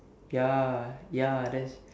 ya ya that's